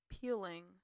peeling